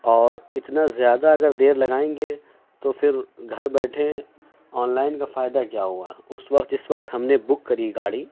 اور اتنا زیادہ اگر دیر لگائیں گے تو پھر گھر بیٹھے آن لائن کا فائدہ کیا ہوا اس وقت جس وقت ہم نے بک کری ہے گاڑی